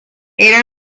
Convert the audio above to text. era